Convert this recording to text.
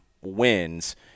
wins